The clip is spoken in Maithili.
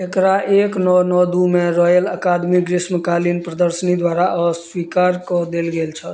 एकरा एक नओ नओ दूमे रॉयल अकादमी ग्रीष्मकालीन प्रदर्शनी द्वारा अस्वीकार कऽ देल गेल छल